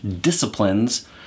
disciplines